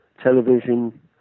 television